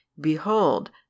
Behold